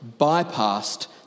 bypassed